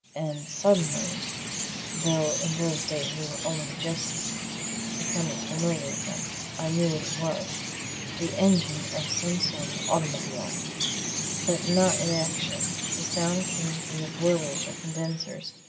and suddenly though in those days we were only just becoming familiar with them i knew what it was the engine of some sort of automobile but not in action the sound came from the boilers or condensers,